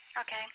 okay